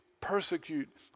persecute